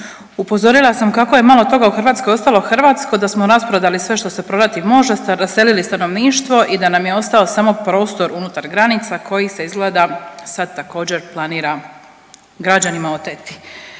upozorila sam kako je malo toga u Hrvatskoj ostalo hrvatsko, da smo rasprodali sve što se prodati može, raselili stanovništvo i da nam je ostao samo prostor unutar granica kojih se izgleda sad također planira građanima oteti.